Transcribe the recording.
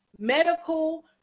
medical